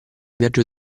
viaggio